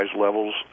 levels